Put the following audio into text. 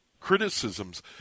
criticisms